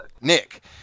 Nick